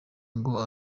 ngo